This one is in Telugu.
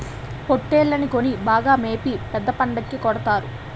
పోట్టేల్లని కొని బాగా మేపి పెద్ద పండక్కి కొడతారు